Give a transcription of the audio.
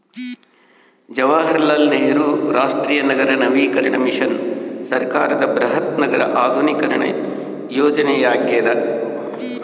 ಜವಾಹರಲಾಲ್ ನೆಹರು ರಾಷ್ಟ್ರೀಯ ನಗರ ನವೀಕರಣ ಮಿಷನ್ ಸರ್ಕಾರದ ಬೃಹತ್ ನಗರ ಆಧುನೀಕರಣ ಯೋಜನೆಯಾಗ್ಯದ